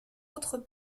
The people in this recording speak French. autres